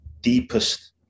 deepest